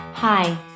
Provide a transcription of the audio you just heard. Hi